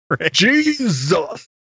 Jesus